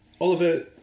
Oliver